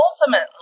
ultimately